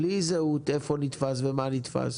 בלי זהות איפה נתפס ומה נתפס,